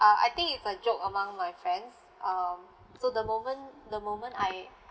uh I think it's a joke among my friends um so the moment the moment I